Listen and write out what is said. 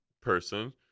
person